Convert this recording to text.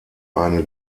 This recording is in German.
eine